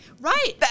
Right